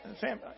Sam